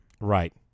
Right